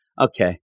okay